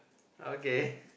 okay